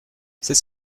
c’est